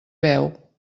veu